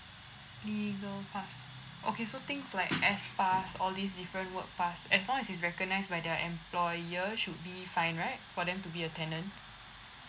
legal pass okay so things like S pass all these different work pass as long as it's recognised by their employer should be fine right for them to be a tenant